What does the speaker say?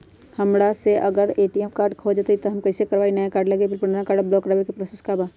हमरा से अगर ए.टी.एम कार्ड खो जतई तब हम कईसे करवाई नया कार्ड लागी अपील और पुराना कार्ड ब्लॉक करावे के प्रोसेस का बा?